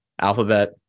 Alphabet